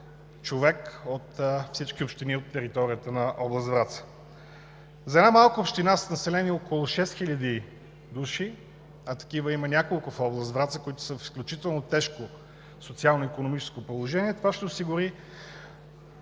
човек от всички общини от територията на област Враца. За една малка община с население около шест хиляди души, а такива има няколко в област Враца, които са в изключително тежко социално-икономическо положение, това ще осигури